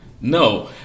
No